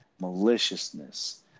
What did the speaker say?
maliciousness